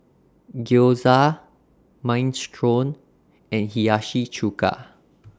Gyoza Minestrone and Hiyashi Chuka